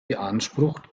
beansprucht